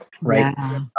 Right